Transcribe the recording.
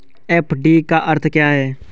FD का अर्थ क्या है?